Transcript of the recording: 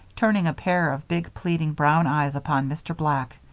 turning a pair of big pleading brown eyes upon mr. black.